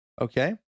Okay